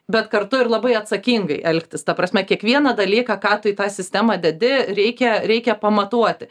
bet kartu ir labai atsakingai elgtis ta prasme kiekvieną dalyką ką tu į tą sistemą dedi reikia reikia pamatuoti